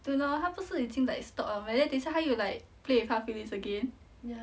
对咯他不是已经 like stop liao meh then 等一下他又 like play with 她的 feelings again